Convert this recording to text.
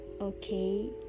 okay